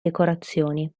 decorazioni